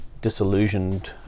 disillusioned